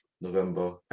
November